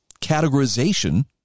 categorization